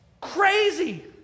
Crazy